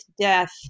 death